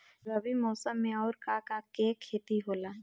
रबी मौसम में आऊर का का के खेती होला?